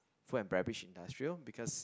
food and beverage industrial because